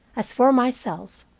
as for myself,